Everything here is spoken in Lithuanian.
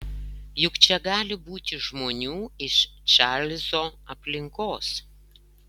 juk čia gali būti žmonių iš čarlzo aplinkos